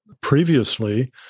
previously